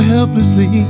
Helplessly